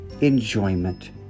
enjoyment